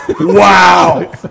Wow